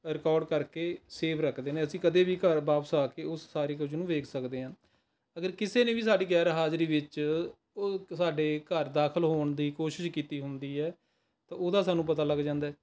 record ਕਰਕੇ save ਰੱਖਦੇ ਨੇ ਅਸੀਂ ਕਦੇ ਵੀ ਘਰ ਵਾਪਸ ਆ ਕੇ ਉਸ ਸਾਰੀ ਕੁਝ ਨੂੰ ਵੇਖ ਸਕਦੇ ਹਾਂ ਅਗਰ ਕਿਸੇ ਨੇ ਵੀ ਸਾਡੀ ਗੈਰ ਹਾਜ਼ਰੀ ਵਿੱਚ ਸਾਡੇ ਘਰ ਦਾਖਲ ਹੋਣ ਦੀ ਕੋਸ਼ਿਸ਼ ਕੀਤੀ ਹੁੰਦੀ ਹੈ ਤਾਂ ਉਹਦਾ ਸਾਨੂੰ ਪਤਾ ਲੱਗ ਜਾਂਦਾ ਹੈ